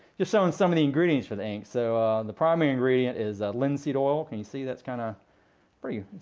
just showing some of the ingredients for the ink. so the primary ingredient is linseed oil. can you see, that's kind of pretty.